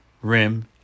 rim